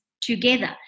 together